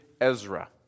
Ezra